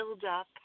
buildup